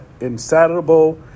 insatiable